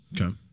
Okay